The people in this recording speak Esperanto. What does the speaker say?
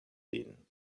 lin